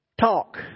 Talk